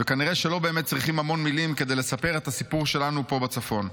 וכנראה שלא באמת צריכים המון מילים כדי לספר את הסיפור שלנו פה בצפון.